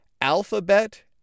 alphabet